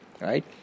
right